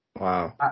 Wow